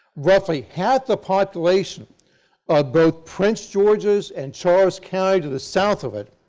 roughly half the population of both prince george's and charles county, to the south of it,